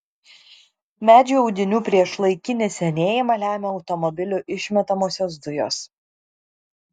medžių audinių priešlaikinį senėjimą lemia automobilių išmetamosios dujos